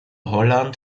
holland